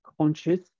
conscious